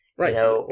right